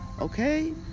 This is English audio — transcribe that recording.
Okay